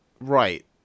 right